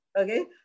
okay